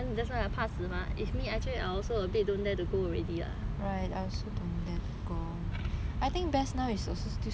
a bit don't dare to go already lah ya we